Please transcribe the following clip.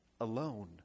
alone